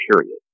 Period